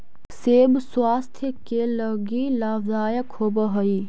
सेब स्वास्थ्य के लगी लाभदायक होवऽ हई